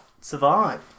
survive